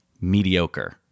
Mediocre